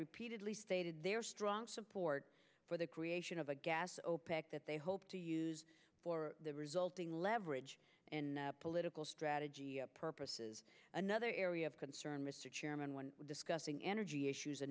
repeatedly stated their strong support for the creation of a gas opec that they hope to use for the resulting leverage in political strategy purposes another area of concern mr chairman when discussing energy issues a